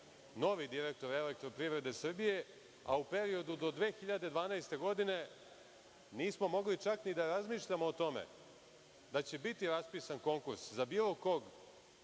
novi direktor „Elektroprivrede Srbije“, a u periodu do 2012. godine nismo mogli čak ni da razmišljamo o tome da će biti raspisan konkurs za bilo kog